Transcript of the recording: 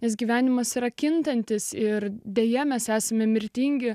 nes gyvenimas yra kintantis ir deja mes esame mirtingi